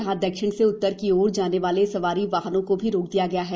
यहां दक्षिण से उत्तर की ओर जाने वाले सवारी वाहनों को भी रोक दिया है